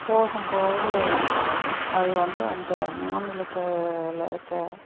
போகும் போது அதுவந்து அந்த மாநிலத்தில் இருக்க